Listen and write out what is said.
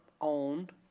owned